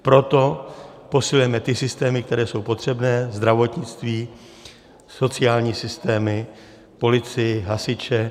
Proto posilujeme ty systémy, které jsou potřebné, zdravotnictví, sociální systémy, policii, hasiče.